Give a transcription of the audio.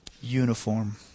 uniform